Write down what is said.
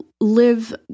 live